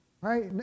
right